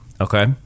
Okay